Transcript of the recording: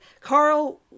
Carl